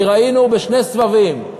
כי ראינו בשני סבבים,